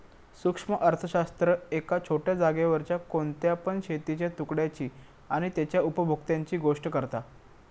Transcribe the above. सूक्ष्म अर्थशास्त्र एका छोट्या जागेवरच्या कोणत्या पण शेतीच्या तुकड्याची आणि तेच्या उपभोक्त्यांची गोष्ट करता